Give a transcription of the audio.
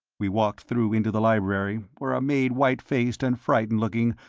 we walked through into the library, where a maid white-faced and frightened looking,